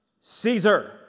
Caesar